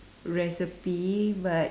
recipe but